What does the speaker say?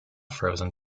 frozen